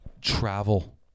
travel